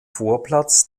vorplatz